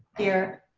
here.